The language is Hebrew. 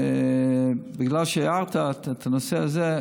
בגלל שהערת את הנושא הזה,